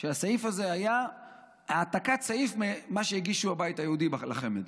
והסעיף זה היה העתקת סעיף ממה שהגישו הבית היהודי לחמ"ד,